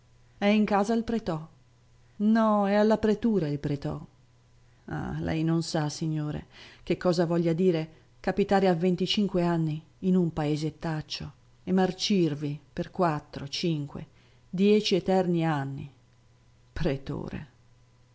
è in casa il preto no è alla pretura il preto ah lei non sa signore che cosa voglia dire capitare a venticinque anni in un paesettaccio e marcirvi per quattro cinque dieci eterni anni pretore